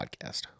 podcast